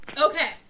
Okay